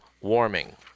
warming